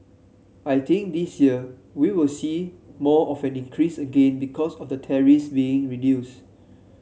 I think this year we will see more of an increase again because of the tariffs being reduced